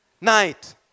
night